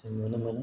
जों नुनो मोनो